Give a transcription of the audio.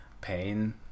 pain